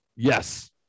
yes